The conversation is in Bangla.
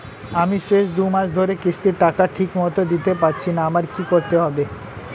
আমি শেষ দুমাস ধরে কিস্তির টাকা ঠিকমতো দিতে পারছিনা আমার কি করতে হবে?